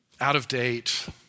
out-of-date